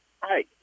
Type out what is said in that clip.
Hi